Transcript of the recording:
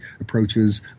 approaches